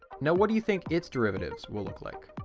now what do you think its derivatives will look like?